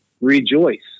rejoice